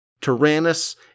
Tyrannus